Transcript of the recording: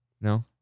No